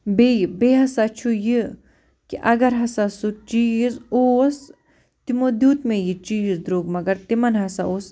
بیٚیہِ بیٚیہِ ہسا چھُ یہِ کہِ اگر ہسا سُہ چیٖز اوس تِمَو دیُت مےٚ یہِ چیٖز درٛۅگ مگر تِمَن ہسا اوس